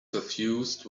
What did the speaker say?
suffused